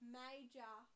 major